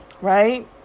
right